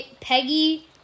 Peggy